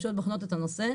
הרשויות בוחנות את הנושא.